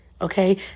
Okay